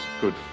good